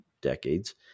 decades